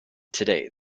today